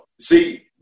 See